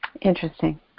Interesting